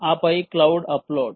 ఆపై cloud upload